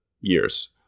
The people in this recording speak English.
years